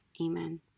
Amen